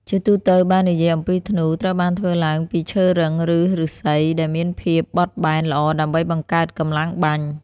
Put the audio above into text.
ជាទូទៅ បើនិយាយអំពីធ្នូ ត្រូវបានធ្វើឡើងពីឈើរឹង ឬឫស្សីដែលមានភាពបត់បែនល្អដើម្បីបង្កើតកម្លាំងបាញ់។